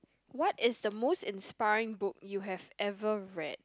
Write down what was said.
what is the most inspiring book you have ever read